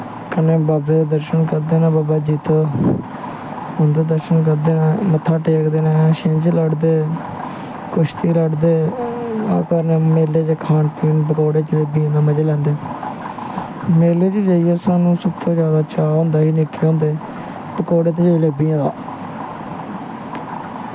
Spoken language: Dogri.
कन्नै बाबे दे दर्शन करदे नै बाबा जित्तो दे उंदे दर्शन करदे नै मत्था टेकदे नै शिंज्झ लड़दे कुश्ती लड़दे कन्नै मेले च खान पीन पकौड़े जलेबियें दा मज़ा न मेले च जाइ्यै साह्नू सब तों चाऽ होंदा हा मेले च जाइयै पकौड़े ते जलेबियें दा